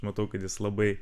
matau kad jis labai